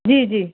جی جی